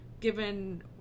given